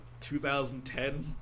2010